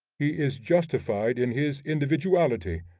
he is justified in his individuality,